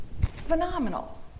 phenomenal